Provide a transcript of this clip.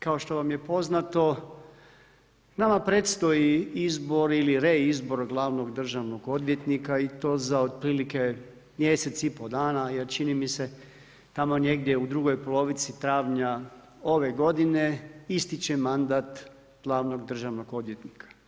Kao što vam je poznato nama predstoji izbor ili reizbor glavnog državnog odvjetnika i to za od prilike mjesec i pol dana, jer čini mi se tamo negdje u drugoj polovici travnja ove godine ističe mandat glavnog državnog odvjetnika.